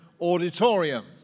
auditorium